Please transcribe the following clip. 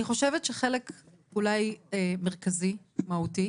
אני חושבת שחלק אולי מרכזי ומהותי